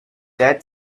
dead